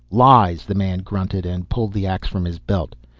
lies! the man grunted, and pulled the ax from his belt.